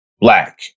black